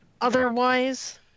Otherwise